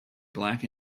black